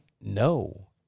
No